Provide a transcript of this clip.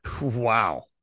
Wow